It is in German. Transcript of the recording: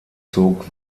zog